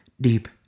deep